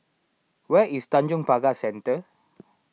where is Tanjong Pagar Centre